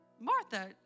Martha